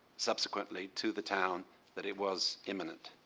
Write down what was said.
subsequently to the town that it was imminent.